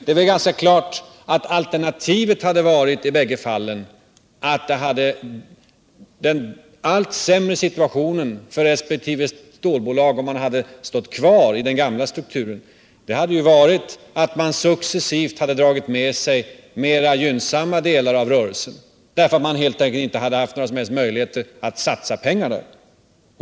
Det är väl ganska klart att alternativet i bägge fallen hade varit att den allt sämre situationen för resp. stålbolag, om man hade stått kvar i den gamla strukturen, skulle ha gjort att man successivt dragit med sig mera gynnsamma delar av rörelsen, därför att man helt enkelt inte hade haft några som helst möjligheter att satsa pengar.